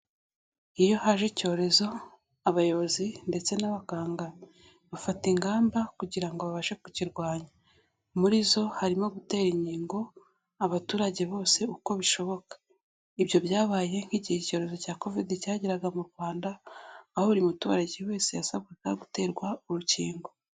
Iyo haje icyorezo, abayobozi ndetse n'abaganga bafata ingamba kugira ngo babashe kukirwanya, muri zo harimo gutera inkingo abaturage bose uko bishoboka, ibyo byabaye nk'igihe icyorezo cya Kovide cyageraga mu Rwanda, aho buri muturage wese yasabwaga guterwa urukingo.